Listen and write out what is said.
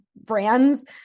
brands